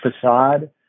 facade